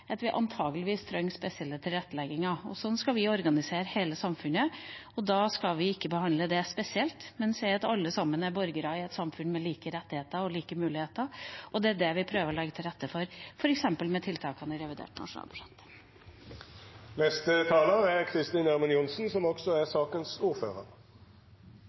at vi antakelig trenger spesiell tilrettelegging. Sånn skal vi organisere hele samfunnet. Da skal vi ikke behandle det spesielt, men si at alle er borgere i et samfunn med like rettigheter og like muligheter. Det er det vi prøver å legge til rette for, f.eks. med tiltakene i revidert nasjonalbudsjett. Jeg synes vi etter hvert har fått en god debatt om kulturmeldingen, som er